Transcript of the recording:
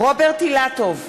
רוברט אילטוב,